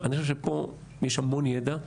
אני חושב שפה יש המון ידע.